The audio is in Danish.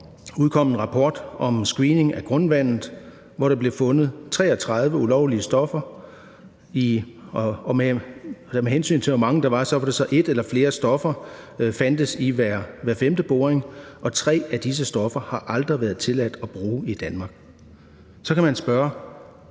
udkom en rapport om screening af grundvandet, hvor der blev fundet 33 ulovlige stoffer. Med hensyn til hvor mange der var, fandtes et eller flere stoffer i hver femte boring, og tre af disse stoffer har aldrig været tilladt at bruge i Danmark. Så kan man spørge: